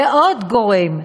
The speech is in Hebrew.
ועוד גורם,